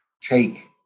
take